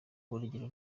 urugero